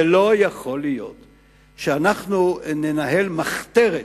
לא יכול להיות שאנחנו ננהל מחתרת